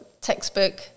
textbook